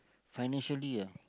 financially ah